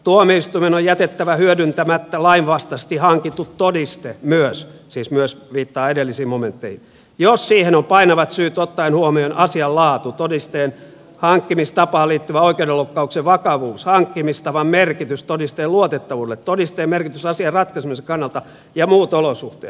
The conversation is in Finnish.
tuomioistuimen on jätettävä hyödyntämättä lainvastaisesti hankittu todiste myös siis myös viittaa edellisiin momentteihin jos siihen on painavat syyt ottaen huomioon asian laatu todisteen hankkimistapaan liittyvä oikeudenloukkauksen vakavuus hankkimistavan merkitys todisteen luotettavuudelle todisteen merkitys asian ratkaisemisen kannalta ja muut olosuhteet